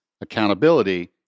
accountability